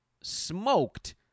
smoked